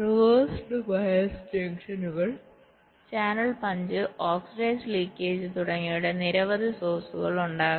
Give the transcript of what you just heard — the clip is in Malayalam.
റിവേഴ്സ്ഡ് ബയസ് ജംഗ്ഷനുകൾ ചാനൽ പഞ്ച് ഓക്സൈഡ് ലീക്കേജ് തുടങ്ങിയവയുടെ നിരവധി സോഴ്സ്കൾ ഉണ്ടാകാം